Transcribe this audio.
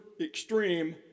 extreme